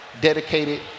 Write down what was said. dedicated